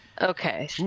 okay